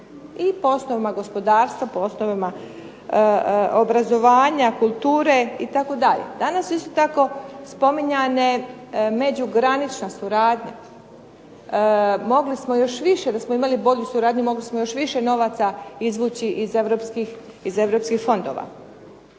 i po osnovama gospodarstva, po osnovama obrazovanja, kulture itd. Danas su isto tako spominjane međugranična suradnja. Mogli smo još više da smo imali bolju suradnju mogli smo još više novaca izvući iz europskih fondova.